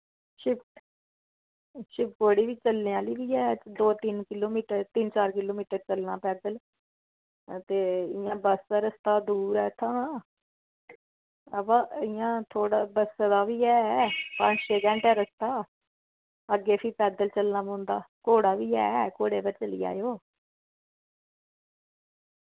शिव शिवखोड़ी बी चलने आह्ली बी ऐ दो तिन किलो मीटर तिन चार किलो मीटर चलना पैदल हां ते इ'यां बस दा रस्ता दूर ऐ इत्थां हां अवा इ'यां थोह्ड़ा बस दा बी ऐ पंज छे घैंटे दा रस्ता अग्गें फ्ही पैदल चलना पौंदा घोड़ा बी ऐ घोड़े पर चली जाएओ